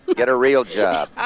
get a real job.